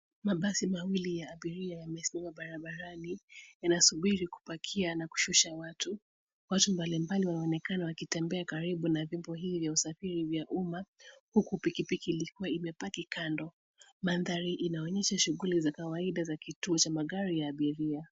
Mabasi mawili ya abiria yamesimama barabarani. Yanasubiri kupakia na kushusha watu. Watu mbalimbali wanaonekana wakitembea karibu na vyombo hivi vya usafiri wa umma, huku pikipiki likiwa limepaki kando. Mandhari inaonyesha shughuli za kawaida za kituo cha magari ya abiria.